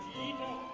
evil